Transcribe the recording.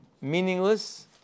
meaningless